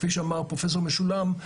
כפי שאמר פרופ' משולם,